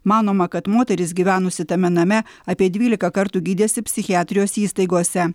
manoma kad moteris gyvenusi tame name apie dvyliką kartų gydėsi psichiatrijos įstaigose